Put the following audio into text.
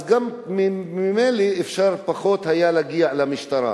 ממילא היה אפשר פחות להגיע למשטרה.